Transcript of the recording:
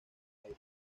aire